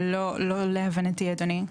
לא להבנתי, אדוני.